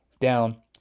down